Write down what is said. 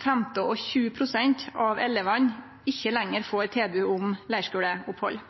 15 og 20 pst. av elevane ikkje lenger får tilbod om leirskuleopphald.